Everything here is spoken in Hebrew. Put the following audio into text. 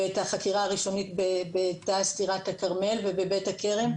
ואת החקירה הראשונית בתע"ש טירת הכרמל ובבית הכרם.